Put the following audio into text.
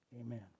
amen